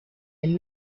and